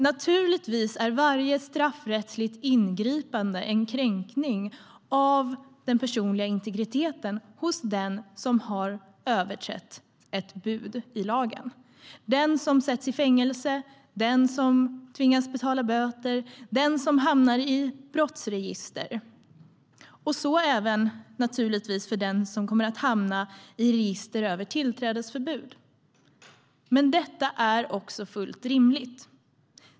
Naturligtvis är varje straffrättsligt ingripande en kränkning av den personliga integriteten för den som har överträtt lagen, den som sätts i fängelse, den som tvingas betala böter och den som hamnar i brottsregister, och så även naturligtvis för den som kommer att hamna i register över tillträdesförbud. Men detta är fullt rimligt.